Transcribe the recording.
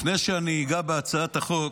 לפני שאני אגע בהצעת החוק,